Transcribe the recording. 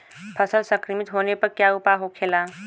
फसल संक्रमित होने पर क्या उपाय होखेला?